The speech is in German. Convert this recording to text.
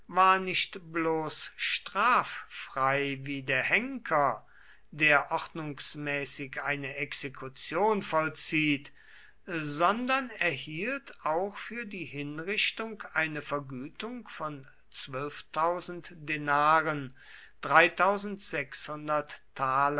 war nicht bloß straffrei wie der henker der ordnungsmäßig eine exekution vollzieht sondern erhielt auch für die hinrichtung eine vergütung von denaren